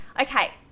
Okay